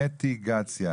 מטיגציה.